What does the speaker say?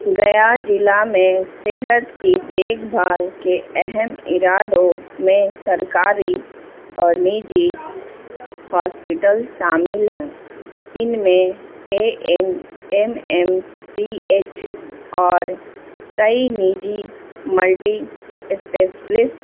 گیا ضلع میں صحت کی دیکھ بھال کے اہم ارادوں میں سرکاری اور نجی ہاسپٹل شامل ہیں ان میں A N M M C H اور کئی نجی ملٹی اسپیشلسٹ